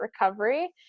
recovery